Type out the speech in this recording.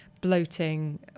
bloating